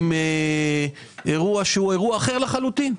עם אירוע שהוא אחר לחלוטין.